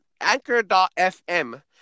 anchor.fm